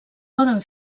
poden